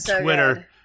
Twitter